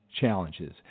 challenges